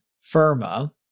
FIRMA